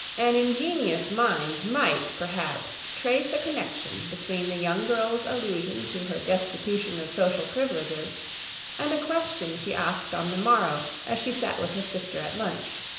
an ingenious mind might, perhaps, trace a connection between the young girl's allusion to her destitution of social privileges and a question she asked on the morrow as she sat with her sister at lunch.